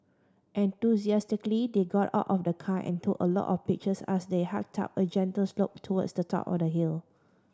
enthusiastically they got out of the car and took a lot of pictures as they hiked up a gentle slope towards the top of the hill